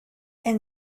and